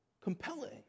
compelling